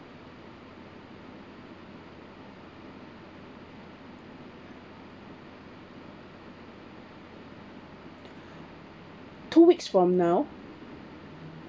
two weeks from now